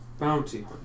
Bounty